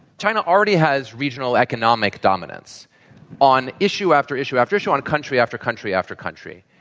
china already has regional economic dominance on issue after issue after issue on country after country after country.